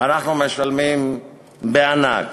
אנחנו משלמים בענק.